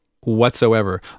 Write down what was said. whatsoever